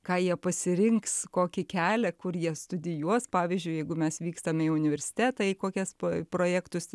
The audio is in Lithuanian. ką jie pasirinks kokį kelią kur jie studijuos pavyzdžiui jeigu mes vykstame į universitetą į kokias pa projektus